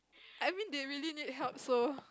I mean they really need help so